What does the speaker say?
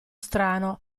strano